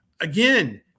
Again